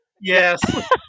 Yes